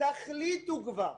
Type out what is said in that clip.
תחליטו כבר.